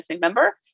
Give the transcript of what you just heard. member